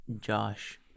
Josh